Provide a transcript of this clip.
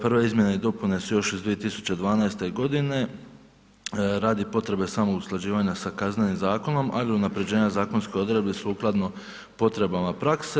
Prve izmjene i dopune su još iz 2012. godine radi potrebe samog usklađivanja sa Kaznenim zakonom ali i unapređenja zakonskih odredbi sukladno potrebama prakse.